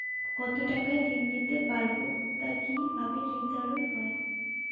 কতো টাকা ঋণ নিতে পারবো তা কি ভাবে নির্ধারণ হয়?